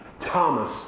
Thomas